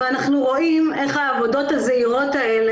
ואנחנו רואים איך העבודות הזעירות האלה